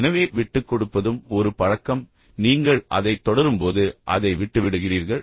எனவே விட்டுக்கொடுப்பதும் ஒரு பழக்கம் நீங்கள் அதைத் தொடரும்போது அதை விட்டுவிடுகிறீர்கள்